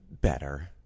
better